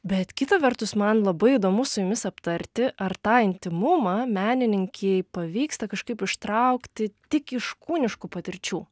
bet kita vertus man labai įdomu su jumis aptarti ar tą intymumą menininkei pavyksta kažkaip ištraukti tik iš kūniškų patirčių